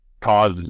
cause